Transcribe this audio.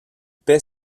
paie